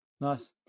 nice